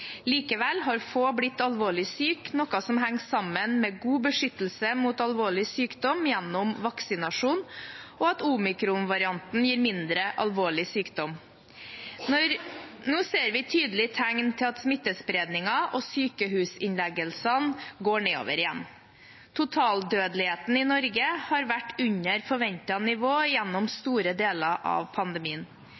Likevel har få blitt alvorlig syke, noe som henger sammen med god beskyttelse mot alvorlig sykdom gjennom vaksinasjon – og at omikronvarianten gir mindre alvorlig sykdom. Nå ser vi tydelige tegn til at smittespredningen og sykehusinnleggelsene går nedover igjen. Totaldødeligheten i Norge har vært under forventet nivå gjennom